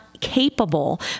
Capable